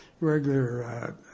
regular